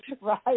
right